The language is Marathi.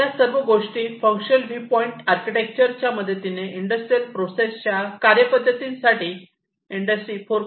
या सर्व गोष्टी फंक्शनल व्ह्यू पॉईंट आर्किटेक्चर च्या मदतीने इंडस्ट्रियल प्रोसेस च्या कार्यपद्धती साठी इंडस्ट्री 4